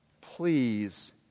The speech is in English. Please